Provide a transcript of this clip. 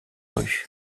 rue